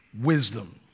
wisdom